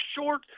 short